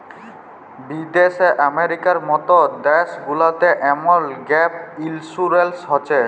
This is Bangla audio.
বিদ্যাশে আমেরিকার মত দ্যাশ গুলাতে এমল গ্যাপ ইলসুরেলস হছে